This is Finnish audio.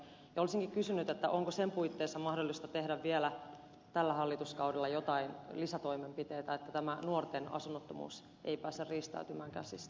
olisinkin kysynyt onko sen puitteissa mahdollista tehdä vielä tällä hallituskaudella joitain lisätoimenpiteitä että tämä nuorten asunnottomuus ei pääse riistäytymään käsistä